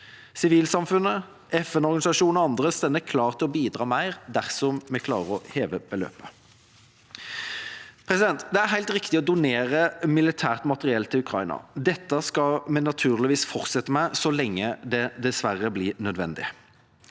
Sivilsamfunnet, FN-organisasjonene og andre står klar til å bidra mer dersom vi klarer å heve beløpet. Det er helt riktig å donere militært materiell til Ukraina. Dette skal vi naturligvis fortsette med så lenge det dessverre er nødvendig.